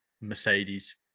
mercedes